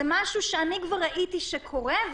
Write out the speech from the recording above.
זה משהו שאני כבר ראיתי שקורה,